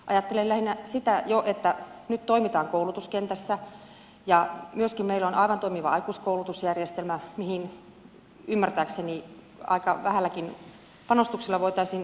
ajattelen lähinnä sitä että nyt jo toimitaan koulutuskentässä ja myöskin meillä on aivan toimiva aikuiskoulutusjärjestelmä mihin ymmärtääkseni aika vähälläkin panostuksella voitaisiin tutkinto rakentaa